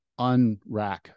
unrack